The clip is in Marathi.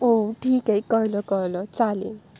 हो ठीक आहे कळलं कळलं चालेल